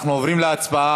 אנחנו עוברים להצבעה.